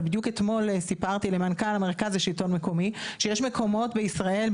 אבל בדיוק אתמול סיפרתי למנכ"ל המרכז לשלטון מקומי שיש מקומות בישראל,